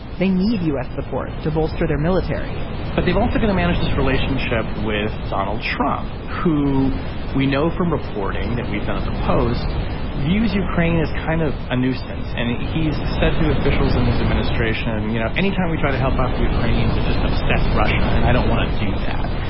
they need u s. support to bolster their military but they've also got to manage this relationship with donald trump who we know from reporting that we've done at the post views ukraine as kind of a nuisance. and he's said to officials in his administration you know anytime we try to help out the ukrainians it just upsets russia. and i don't want to do that.